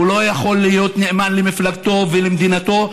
לא יכול להיות נאמן למפלגתו ולמדינתו,